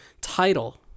Title